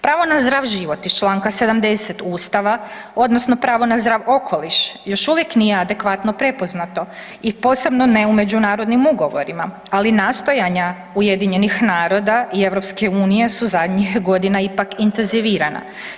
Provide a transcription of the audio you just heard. Pravo na zdrav život iz čl. 70 Ustava odnosno pravo na zdrav okoliš još uvijek nije adekvatno prepoznato i posebno ne u međunarodnim ugovorima, ali nastojanja UN-a i EU-a su zadnjih godina ipak intenzivirana.